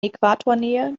äquatornähe